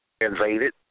invaded